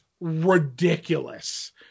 Ridiculous